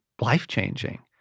life-changing